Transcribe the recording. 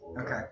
Okay